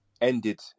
ended